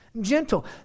gentle